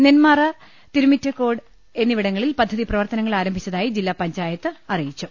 നെന്മാറ തിരുമിറ്റക്കോട് എന്നിവിടങ്ങളിൽ പദ്ധതി പ്രവർത്തനങ്ങൾ ആരംഭിച്ചതായി ജില്ലാ പഞ്ചായത്ത് അറിയിച്ചു